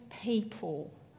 people